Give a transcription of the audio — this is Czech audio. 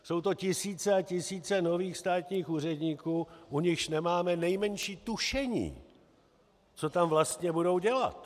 Jsou to tisíce a tisíce nových státních úředníků, u nichž nemáme nejmenší tušení, co tam vlastně budou dělat.